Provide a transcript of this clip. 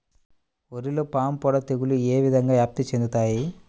వరిలో పాముపొడ తెగులు ఏ విధంగా వ్యాప్తి చెందుతాయి?